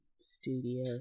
Studio